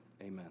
Amen